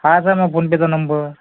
हाच आहे ना फोन पेचा नंबर